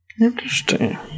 Interesting